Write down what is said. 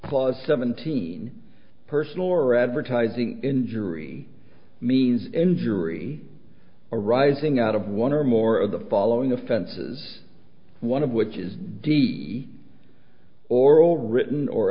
clause seventeen personal or advertising injury means injury arising out of one or more of the following offenses one of which is d e oral written or